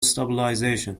stabilization